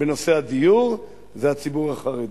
בנושא הדיור, זה הציבור החרדי.